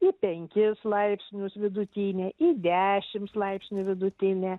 į penkis laipsnius vidutinę į dešims laipsnių vidutinė